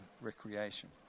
recreation